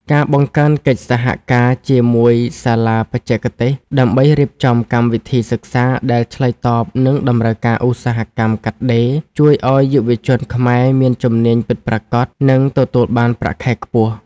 ការបង្កើនកិច្ចសហការជាមួយសាលាបច្ចេកទេសដើម្បីរៀបចំកម្មវិធីសិក្សាដែលឆ្លើយតបនឹងតម្រូវការឧស្សាហកម្មកាត់ដេរ ជួយឱ្យយុវជនខ្មែរមានជំនាញពិតប្រាកដ និងទទួលបានប្រាក់ខែខ្ពស់។